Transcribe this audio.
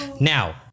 Now